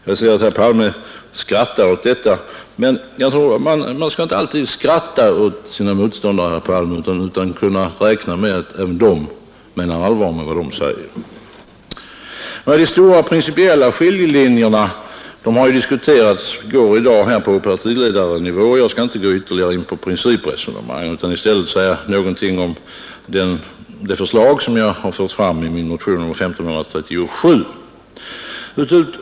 Jag ser att herr Palme skrattar åt detta, men jag tror att man inte alltid skall skratta åt sina motståndare utan räkna med att även de menar allvar med vad de säger. De stora och principiella skiljelinjerna har redan ingående diskuterats i går och i dag på partiledarnivå. Jag skall därför inte ytterligare gå in på något principresonemang. I stället skall jag uppehålla mig vid de synpunkter som jag fört fram i min motion, nr 1537.